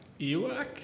Ewak